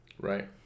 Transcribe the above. Right